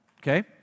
Okay